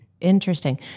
Interesting